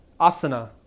Asana